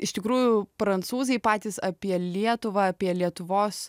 iš tikrųjų prancūzai patys apie lietuvą apie lietuvos